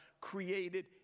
created